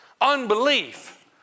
Unbelief